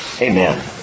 Amen